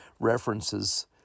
References